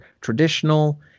traditional